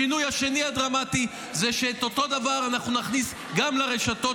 השינוי השני הדרמטי זה שאת אותו דבר אנחנו נכניס גם לרשתות.